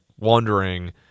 wandering